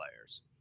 players